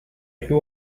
who